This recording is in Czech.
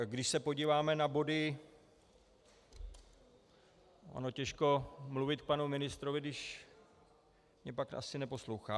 Když se podíváme na body těžko mluvit k panu ministrovi, když mě pak asi neposlouchá.